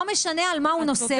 לא משנה על מה הוא נוסע.